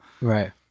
right